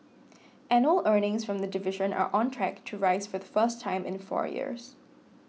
annual earnings from the division are on track to rise for the first time in the four years